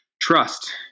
trust